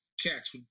cats